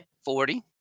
Forty